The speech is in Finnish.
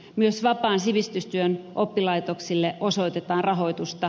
myös vapaan sivistystyön oppilaitoksille osoitetaan rahoitusta